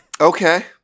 Okay